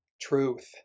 truth